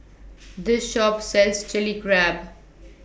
This Shop sells Chili Crab